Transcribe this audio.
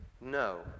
No